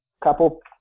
couple